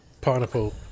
pineapple